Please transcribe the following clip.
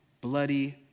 bloody